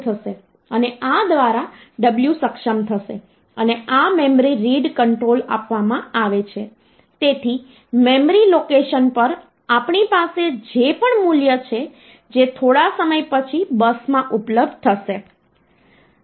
હવે જેમ કે મેં તેને ઓક્ટલ નંબર સિસ્ટમમાં કન્વર્ટ કરવાનું કહ્યું છે તેથી તમારે તેને 3 બિટ્સ માં જૂથબદ્ધ કરવું પડશે